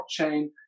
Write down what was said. blockchain